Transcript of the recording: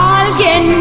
alguien